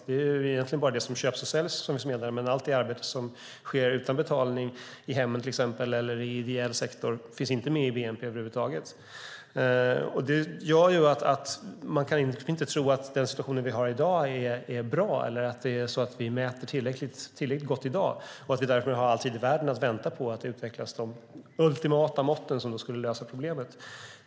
Det är egentligen bara det som köps och säljs som finns med där, men allt det arbete som sker utan betalning i hemmen eller i ideell sektor finns inte med i bnp över huvud taget. Det gör att man inte kan säga att den situation vi har i dag är bra eller att vi mäter tillräckligt gott i dag och att vi därför har all tid i världen att vänta på att de ultimata måtten som kan lösa problemet utvecklas.